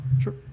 Sure